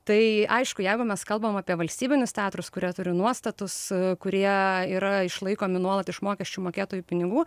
tai aišku jeigu mes kalbam apie valstybinius teatrus kurie turi nuostatus kurie yra išlaikomi nuolat iš mokesčių mokėtojų pinigų